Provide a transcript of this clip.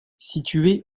situé